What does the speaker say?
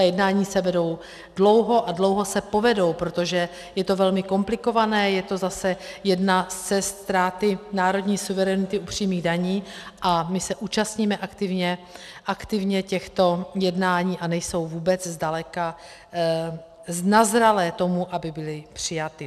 Ta jednání se vedou dlouho a dlouho se povedou, protože je to velmi komplikované, je to zase jedna z cest ztráty národní suverenity u přímých daní, a my se účastníme aktivně těchto jednání a nejsou vůbec zdaleka nazrálé tomu, aby byly přijaty.